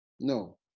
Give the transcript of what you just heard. No